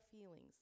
feelings